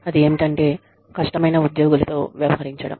అది ఏమిటంటే కష్టమైన ఉద్యోగులతో వ్యవహరించడం